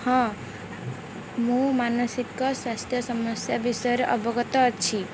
ହଁ ମୁଁ ମାନସିକ ସ୍ୱାସ୍ଥ୍ୟ ସମସ୍ୟା ବିଷୟରେ ଅବଗତ ଅଛି